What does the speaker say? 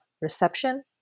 Reception